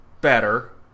better